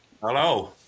Hello